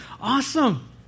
Awesome